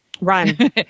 Run